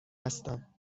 هستم